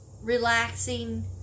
relaxing